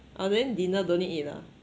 oh then dinner don't need eat ah